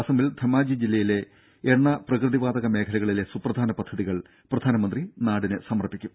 അസമിൽ ധെമാജി ജില്ലയിലെ എണ്ണ പ്രകൃതിവാതക മേഖലകളിലെ സുപ്രധാന പദ്ധതികൾ പ്രധാനമന്ത്രി നാടിന് സമർപ്പിക്കും